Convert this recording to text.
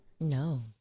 No